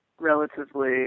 relatively